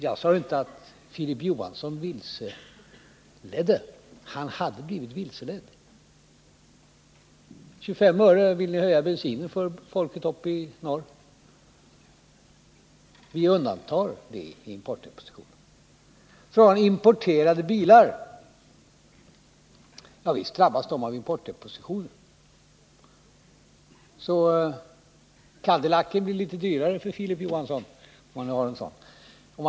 Jag sade inte att Filip Johansson vilseledde — han hade blivit vilseledd. 25 öre vill ni höja bensinpriset med för folket uppe i norr. Vi undantar oljeprodukter i vårt förslag om importdepositioner. Visst drabbas importerade bilar av importdepositioner. Cadillacen blir litet dyrare för Filip Johansson, om han vill byta till en sådan.